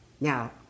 Now